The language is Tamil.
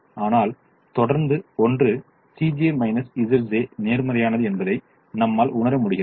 ஆனால் தொடர்ந்து ஒன்று நேர்மறையானது என்பதை நம்மால் உணர முடிகிறது